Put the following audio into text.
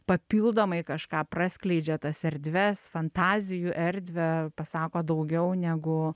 papildomai kažką praskleidžia tas erdves fantazijų erdvę pasako daugiau negu